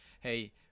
Hey